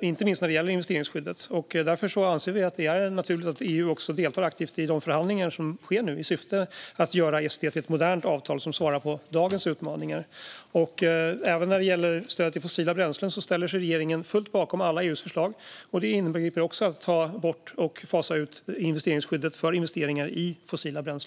inte minst när det gäller investeringsskyddet. Vi anser därför att det är naturligt att EU också deltar aktivt i de förhandlingar som nu pågår i syfte att göra ECT till ett modernt avtal som svarar på dagens utmaningar. Även när det gäller stöd till fossila bränslen ställer sig regeringen till fullo bakom alla EU:s förslag. Detta inbegriper också att ta bort och fasa ut investeringsskyddet för investeringar i fossila bränslen.